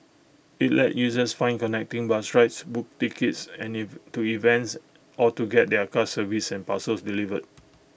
IT lets users find connecting bus rides book tickets and to events or get their cars serviced and parcels delivered